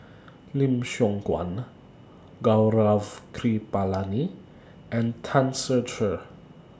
Lim Siong Guan Gaurav Kripalani and Tan Ser Cher